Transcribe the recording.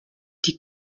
die